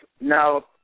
now